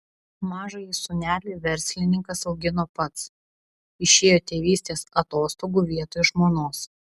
mažąjį sūnelį verslininkas augino pats išėjo tėvystės atostogų vietoj žmonos